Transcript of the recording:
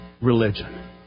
religion